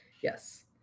Yes